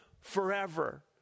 forever